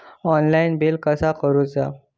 Online bill कसा करुचा?